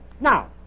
Now